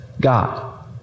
God